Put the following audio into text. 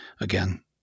Again